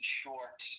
short